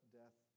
death